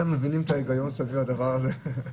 אתם מבינים את ההיגיון של הדבר הזה?